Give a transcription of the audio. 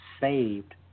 saved